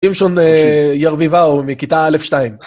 עם שון ירביבאו מכיתה א'2